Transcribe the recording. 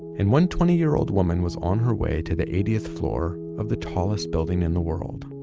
and one twenty year old woman was on her way to the eightieth floor of the tallest building in the world.